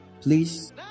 please